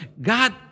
God